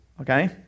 okay